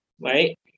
right